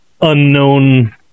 unknown